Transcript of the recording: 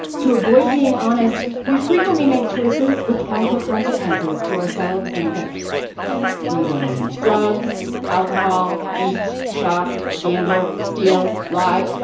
to avoid being honest, we frequently make choices with harmful consequences to ourselves and others we may use drugs, alcohol, eat, shop, gamble, steal, lie,